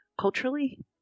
culturally